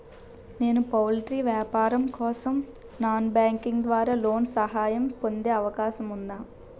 నేను పౌల్ట్రీ వ్యాపారం కోసం నాన్ బ్యాంకింగ్ ద్వారా లోన్ సహాయం పొందే అవకాశం ఉందా?